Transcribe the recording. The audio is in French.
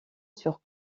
sur